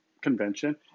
convention